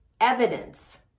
evidence